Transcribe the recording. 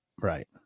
Right